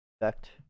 effect